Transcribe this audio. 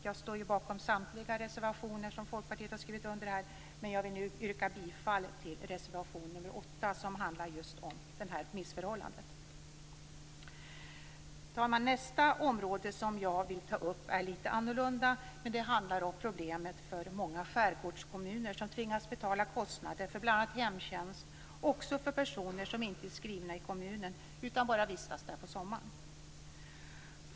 Jag står bakom samtliga reservationer som Folkpartiet har skrivit under, men jag vill nu yrka bifall till reservation nr 8 som handlar om just det här missförhållandet. Herr talman! Nästa område jag vill ta upp är litet annorlunda. Det handlar om problemet för många skärgårdskommuner att tvingas betala kostnader för bl.a. hemtjänst också för personer som inte är skrivna i kommunen utan bara vistas där på sommaren.